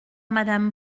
madame